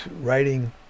writing